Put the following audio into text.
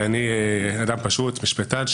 ואני אדם פשוט, משפטן.